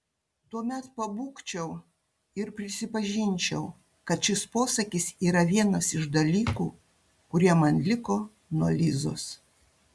tuomet pabūgčiau ir prisipažinčiau kad šis posakis yra vienas iš dalykų kurie man liko nuo lizos